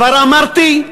כבר אמרתי,